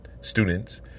students